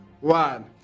one